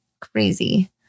Crazy